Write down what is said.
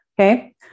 Okay